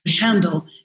handle